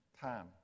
time